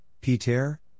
Peter